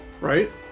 right